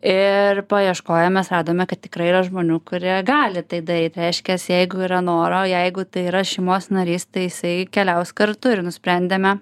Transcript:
ir paieškoję mes radome kad tikrai yra žmonių kurie gali tai daryt reiškias jeigu yra noro jeigu tai yra šeimos narys tai jisai keliaus kartu ir nusprendėme